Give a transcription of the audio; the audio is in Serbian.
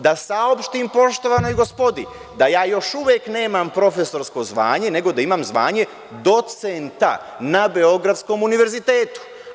Da saopštim poštovanoj gospodi da ja još uvek nemam profesorsko zvanje, nego da imam zvanje docenta na Beogradskom univerzitetu.